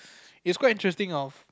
it's quite interesting of